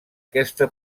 aquesta